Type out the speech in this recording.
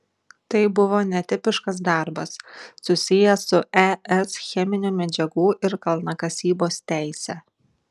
tai buvo netipiškas darbas susijęs su es cheminių medžiagų ir kalnakasybos teise